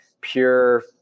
pure